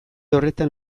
horretan